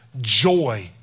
Joy